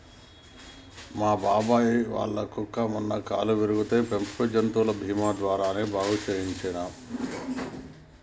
మా బాబాయ్ వాళ్ళ కుక్కకి మొన్న కాలు విరిగితే పెంపుడు జంతువుల బీమా ద్వారానే బాగు చేయించనం